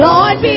Lord